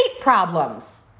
problems